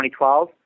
2012